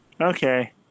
Okay